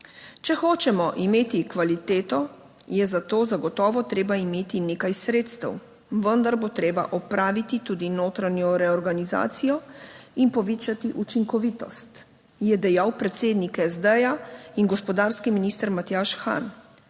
Če hočemo imeti kvaliteto, je za to zagotovo treba imeti nekaj sredstev, vendar bo treba opraviti tudi notranjo reorganizacijo in povečati učinkovitost, je dejal predsednik SD in gospodarski minister Matjaž Han.